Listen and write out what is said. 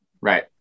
Right